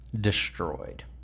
Destroyed